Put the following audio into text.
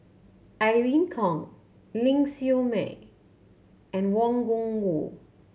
Irene Khong Ling Siew May and Wang Gungwu